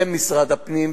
זה משרד הפנים,